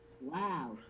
wow